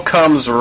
Comes